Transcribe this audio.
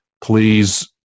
please